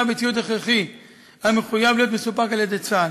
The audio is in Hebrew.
וציוד הכרחי המחויב להיות מסופק על-ידי צה"ל.